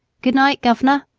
good-night, governor!